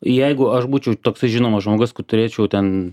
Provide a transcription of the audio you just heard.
jeigu aš būčiau toksai žinomas žmogus kad turėčiau ten